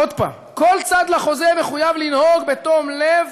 עוד פעם: כל צד לחוזה מחויב לנהוג בתום לב,